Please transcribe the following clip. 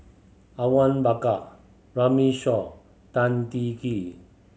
Awang Bakar Runme Shaw Tan Teng Kee